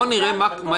אם מה